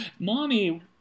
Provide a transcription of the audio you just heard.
mommy